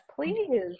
please